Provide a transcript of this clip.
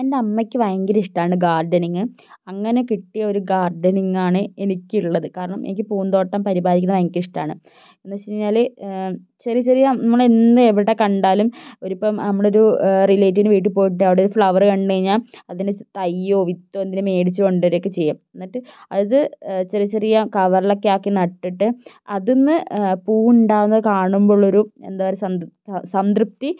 എൻ്റെ അമ്മയ്ക്ക് ഭയങ്കര ഇഷ്ടമാണ് ഗാർഡനിംഗ് അങ്ങനെ കിട്ടിയൊരു ഗാർഡനിങ്ങാണ് എനിക്കുള്ളത് കാരണം എനിക്ക് പൂന്തോട്ടം പരിപാലിക്കുന്നത് ഭയങ്കര ഇഷ്ടമാണ് എന്നു വച്ചു കഴിഞ്ഞാൽ ചെറിയ ചെറിയ നമ്മൾ എന്ത് എവിടെ കണ്ടാലും ഒരു ഇപ്പം നമ്മളൊരു റിലേറ്റീവിൻ്റെ വീട്ടിൽ പോയിട്ട് അവിടൊരു ഫ്ലവറ് കണ്ടു കഴിഞ്ഞാൽ അതിൻ്റെ തയ്യോ വിത്തോ എന്തെങ്കിലും മേടിച്ചു കൊണ്ടുവരികയൊക്കെ ചെയ്യും എന്നിട്ട് അത് ചെറിയ ചെറിയ കവറിലൊക്കെ ആക്കി നട്ടിട്ട് അതിൽ നിന്ന് പൂവ് ഉണ്ടാവുന്നത് കാണുമ്പോഴുള്ളൊരു എന്താ പറയുക സംതൃപ്തി